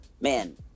man